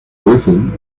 griffin